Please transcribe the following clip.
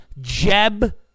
Jeb